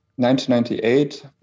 1998